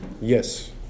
Yes